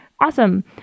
awesome